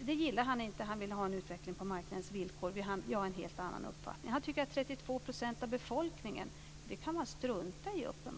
Det gillar han inte, han vill ha en utveckling på marknadens villkor. Jag har en helt annan uppfattning. Han tycker uppenbarligen att man kan strunta i 32 % av befolkningen.